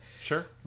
Sure